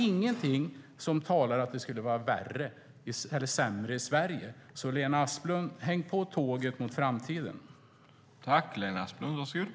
Ingenting talar för att det skulle vara sämre i Sverige. Häng på tåget mot framtiden, Lena Asplund!